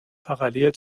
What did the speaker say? parallel